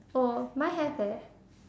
oh mine have eh